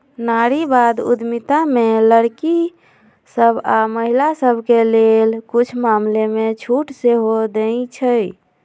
नारीवाद उद्यमिता में लइरकि सभ आऽ महिला सभके लेल कुछ मामलामें छूट सेहो देँइ छै